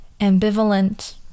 ambivalent